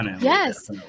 Yes